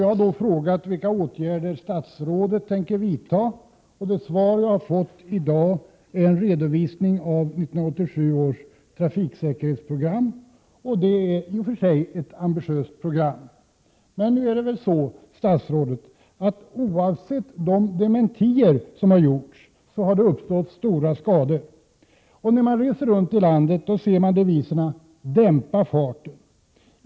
Jag har då frågat vilka åtgärder statsrådet tänker vidta. Det svar jag har fått i dag är en redovisning av 1987 års trafiksäkerhetsprogram. Det är i och för sig ett ambitiöst program. Men, herr statsråd, oavsett de dementier som har gjorts har det uppstått stora skador. När man reser runt i landet möter man på olika håll devisen Dämpa farten.